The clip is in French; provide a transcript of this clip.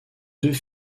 deux